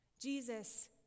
Jesus